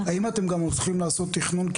האם אתם גם הולכים לעשות תכנון?